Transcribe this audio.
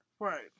Right